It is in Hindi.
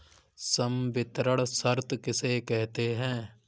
संवितरण शर्त किसे कहते हैं?